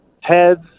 heads